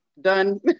done